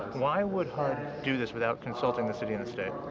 why would hud do this without consulting the city and the state?